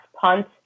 punt